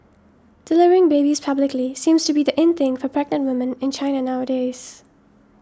delivering babies publicly seems to be the in thing for pregnant woman in China nowadays